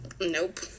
nope